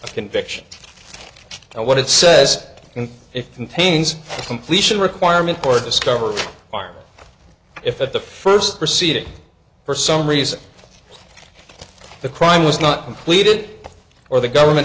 a conviction and what it says it contains a completion requirement for discovery aren't if at the first proceeding for some reason the crime was not completed or the government